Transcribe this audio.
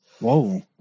Whoa